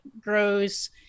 grows